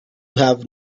have